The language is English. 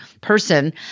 person